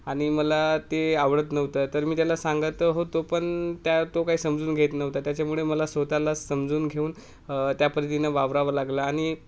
आणि मला ते आवडत नव्हतं तर मी त्याला सांगत होतो पण त्या तो काही समजून घेत नव्हता त्याच्यामुळे मला स्वत ला समजून घेऊन त्या पद्धतीन वावरावं लागलं आणि